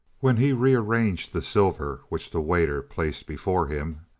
when he rearranged the silver which the waiter placed before him,